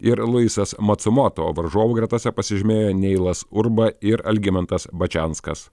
ir luisas matsumoto varžovų gretose pasižymėjo neilas urba ir algimantas bačianskas